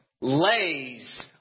lays